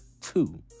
two